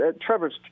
Trevor's